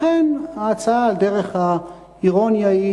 לכן ההצעה, על דרך האירוניה, היא